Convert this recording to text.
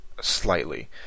slightly